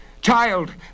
Child